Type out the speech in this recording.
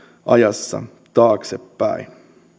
ajassa taaksepäin